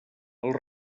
els